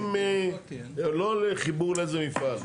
לא לחיבור לאיזה מפעל.